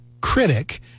critic